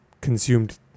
consumed